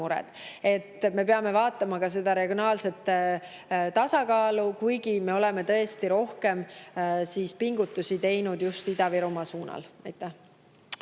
Me peame vaatama ka regionaalset tasakaalu, kuigi me oleme tõesti teinud rohkem pingutusi just Ida-Virumaa suunas. Aitäh!